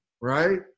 right